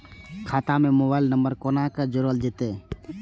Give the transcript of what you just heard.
खाता से mobile number कोना जोरल जेते?